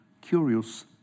curious